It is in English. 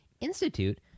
Institute